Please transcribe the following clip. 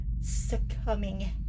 Succumbing